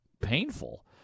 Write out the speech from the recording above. painful